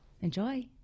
Enjoy